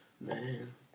man